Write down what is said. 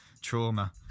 trauma